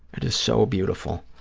that is so beautiful.